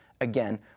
Again